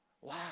Wow